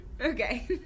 Okay